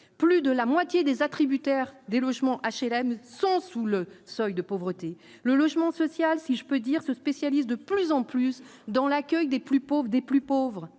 plus de la moitié des attributaires des logements HLM sont sous le seuil de pauvreté, le logement social, si je peux dire ce spécialiste de plus en plus dans l'accueil des plus pauvres